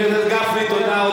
חבר הכנסת גפני, תודה.